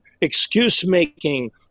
excuse-making